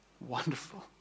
Wonderful